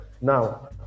Now